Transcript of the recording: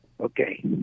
okay